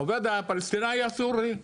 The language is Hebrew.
לעובד הפלסטיני אסור לי.